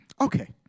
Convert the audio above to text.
Okay